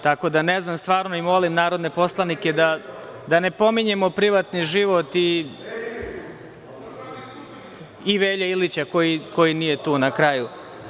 Tako da ne znam i molim narodne poslanike da ne pominjemo privatni život i Velje Ilića koji nije tu, na kraju.